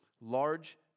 large